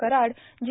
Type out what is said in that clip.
Karad जि